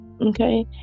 okay